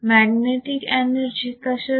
magnetic energy कशासाठी